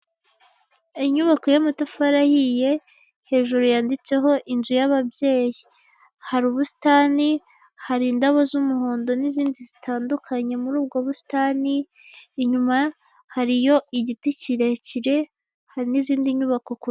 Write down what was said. Inyubako y'amatafari ahiye, hejuru yanditseho inzu y'ababyeyi, hari ubusitani, hari indabo z'umuhondo n'izindi zitandukanye muri ubwo busitani, inyuma hariyo igiti kirekire, hari n'izindi nyubako ku.